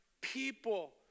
people